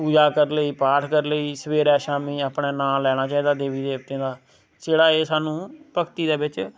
पूजा करी लेई पाठ करी लेई सबेरे शामी अपने नां लैना चाइदा देवी देवतें दा जेह्ड़ा एह् साह्नू भक्ति दे बिच